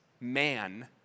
man